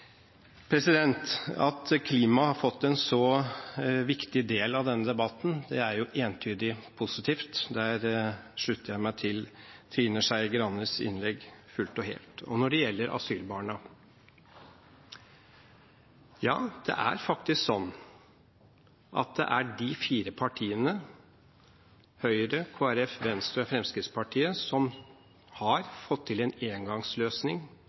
At klima har vært en så viktig del av denne debatten, er entydig positivt. Der slutter jeg meg til Trine Skei Grandes innlegg fullt og helt. Når det gjelder asylbarna, så er det faktisk sånn at det er de fire partiene Høyre, Kristelig Folkeparti, Venstre og Fremskrittspartiet som har fått til en engangsløsning